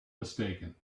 mistaken